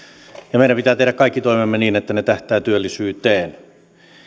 ja meidän pitää tehdä kaikki toimemme niin että ne tähtäävät työllisyyteen